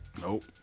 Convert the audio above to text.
Nope